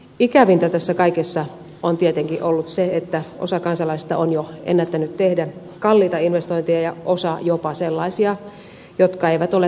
ikävintä tässä kaikessa on tietenkin ollut se että osa kansalaisista on jo ennättänyt tehdä kalliita investointeja ja osa jopa sellaisia jotka eivät ole toimivia